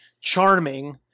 charming